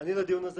ואני לדיון הזה